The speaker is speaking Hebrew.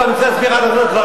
אני רוצה להסביר כמה דברים.